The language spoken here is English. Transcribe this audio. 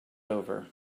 over